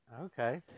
Okay